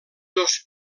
dos